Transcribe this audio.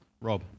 Rob